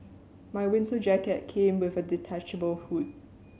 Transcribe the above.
my winter jacket came with a detachable hood